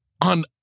on